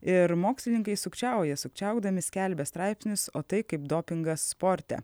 ir mokslininkai sukčiauja sukčiaudami skelbia straipsnius o tai kaip dopingas sporte